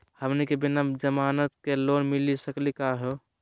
हमनी के बिना जमानत के लोन मिली सकली क हो?